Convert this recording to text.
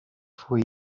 fue